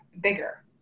bigger